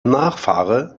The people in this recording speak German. nachfahre